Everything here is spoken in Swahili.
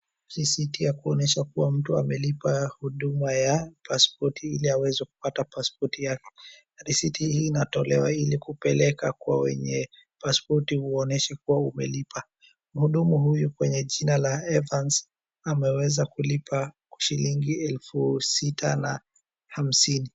Risiti ya kuonyesha kuwa mtu amelipa huduma ya paspoti ili aweze kupata paspoti yake. Risiti hii inatolewa ili kupeleka kwa wenye paspoti uwaoneshe kuwa umelipa. Mhudumu huyu kwenye jina la Evans, ameweza kulipa shilingi elfu sita na hamsini.